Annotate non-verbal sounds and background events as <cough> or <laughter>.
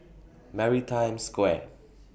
<noise> Maritime Square